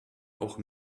auch